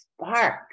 spark